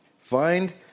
Find